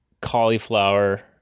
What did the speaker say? cauliflower